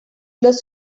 los